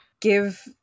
give